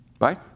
Right